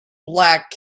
black